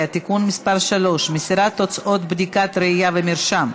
(תיקון מס' 3) (מסירת תוצאות בדיקת ראיה ומרשם),